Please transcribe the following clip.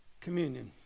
communion